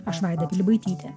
aš vaida pilibaitytė